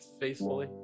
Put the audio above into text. faithfully